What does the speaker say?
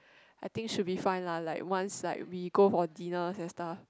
I think should be fine lah like once like we go for dinners and stuff